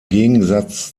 gegensatz